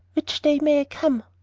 which day may i come?